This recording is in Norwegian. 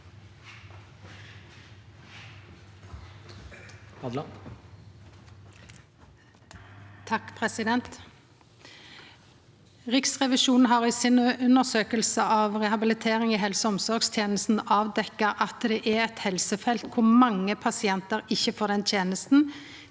Riksrevisjonen har i si undersøking av rehabilitering i helse- og om sorgstenestene avdekt at dette er eit helsefelt der mange pasientar ikkje får den tenesta